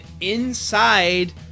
inside